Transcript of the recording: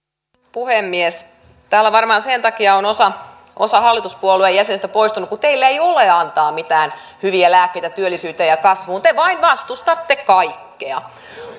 puhemies täällä varmaan sen takia on osa osa hallituspuolueen jäsenistä poistunut kun teillä ei ole antaa mitään hyviä lääkkeitä työllisyyteen ja kasvuun te vain vastustatte kaikkea